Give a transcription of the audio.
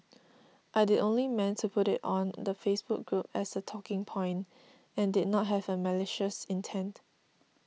I'd only meant to put it on the Facebook group as a talking point and did not have malicious intent